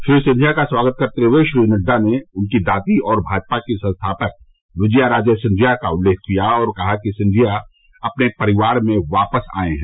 श्री सिंधिया का स्वागत करते हए श्री नड्डा ने उनकी दादी और भाजपा की संस्थापक विजया राजे सिंधिया का उल्लेख किया और कहा कि सिंधिया अपने परिवार में वापस आए हैं